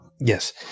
Yes